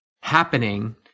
happening